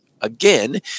Again